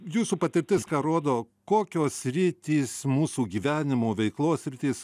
jūsų patirtis ką rodo kokios sritys mūsų gyvenimo veiklos sritys